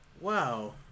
Wow